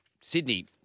Sydney